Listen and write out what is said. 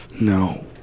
no